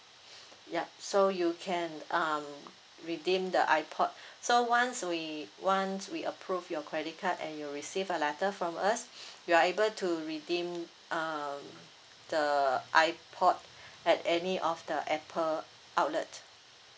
yup so you can um redeem the airpod so once we once we approve your credit card and you receive a letter from us you are able to redeem um the airpod at any of the apple outlet